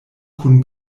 kun